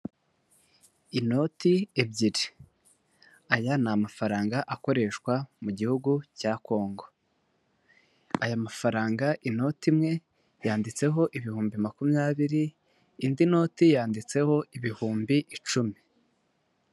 Inoti ebyiri, aya ni amafaranga akoreshwa mu gihugu cya Congo, aya mafaranga inoti imwe yanditseho ibihumbi makumyabiri, indi noti yanditseho ibihumbi icumi.